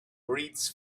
breathes